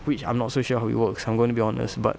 which I'm not so sure how it works I'm going to be honest but